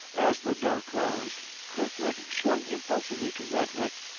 as the door closed, kirkwood swung impulsively to brentwick,